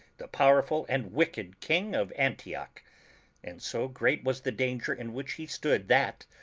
the powerful and wicked king of antioch and so great was the danger in which he stood that,